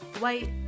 white